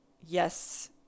yes